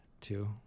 two